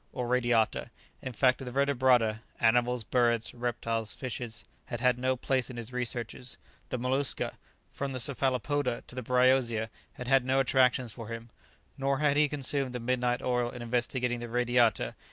or radiata in fact, the vertebrata animals, birds, reptiles, fishes had had no place in his researches the mollusca from the cephalopoda to the bryozia had had no attractions for him nor had he consumed the midnight oil in investigating the radiata,